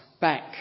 back